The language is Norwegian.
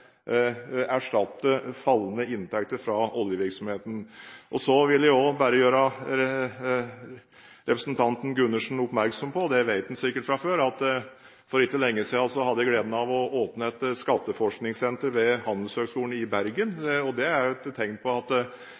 erstatte fallende inntekter fra oljevirksomheten? Så vil jeg bare gjøre representanten Gundersen oppmerksom på – han vet det sikkert fra før – at for ikke lenge siden hadde jeg gleden av å åpne et skatteforskningssenter ved Handelshøyskolen i Bergen. Det er jo et tegn på at